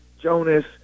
Jonas